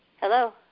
Hello